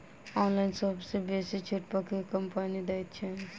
Online सबसँ बेसी छुट पर केँ कंपनी दइ छै?